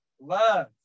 love